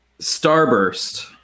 starburst